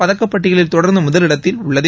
பதக்கப்பட்டியலில் தொடர்ந்து முதல் இடத்தில் உள்ளது